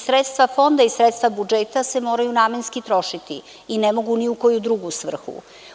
Sredstva fonda i sredstva budžeta se moraju namenski trošiti i ne mogu ni u koju drugu svrhu.